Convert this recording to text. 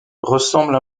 ressemble